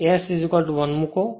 અહીં S 1 મૂકો